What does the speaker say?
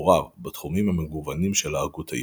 וחיבוריו בתחומים המגוונים של ההגות היהודית,